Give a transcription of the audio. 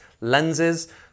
lenses